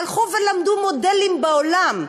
הלכו ולמדו מודלים בעולם,